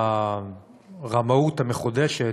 הרמאות המחודשת,